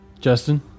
Justin